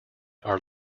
are